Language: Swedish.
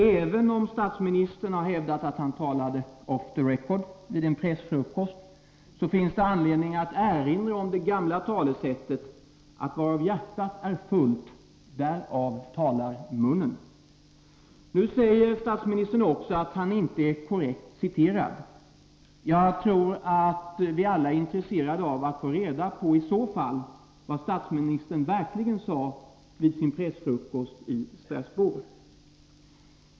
Även om statsministern har hävdat att han talade ”off the record” vid en pressfrukost, finns det anledning att erinra om det gamla talesättet att varav hjärtat är fullt, därom talar munnen. Nu säger statsministern att han inte är korrekt citerad. Jag tror att vi alla är intresserade av att få reda på vad statsministern i så fall verkligen sade vid sin pressfrukost i Strasbourg.